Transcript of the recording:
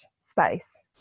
space